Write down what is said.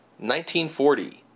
1940